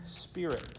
spirit